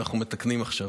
שאנחנו מתקנים עכשיו.